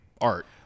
art